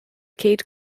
kate